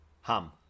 Hum